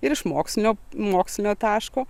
ir iš mokslinio mokslinio taško